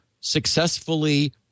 successfully